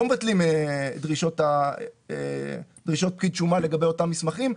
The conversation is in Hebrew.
לא מבטלים דרישות פקיד שומה לגבי אותם מסמכים.